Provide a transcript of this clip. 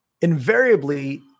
invariably